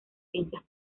ciencias